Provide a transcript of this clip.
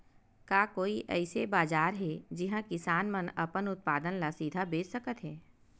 का कोई अइसे बाजार हे जिहां किसान मन अपन उत्पादन ला सीधा बेच सकथे?